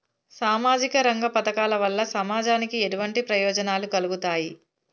సామాజిక రంగ పథకాల వల్ల సమాజానికి ఎటువంటి ప్రయోజనాలు కలుగుతాయి?